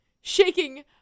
Shaking